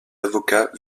avocats